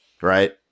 right